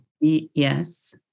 Yes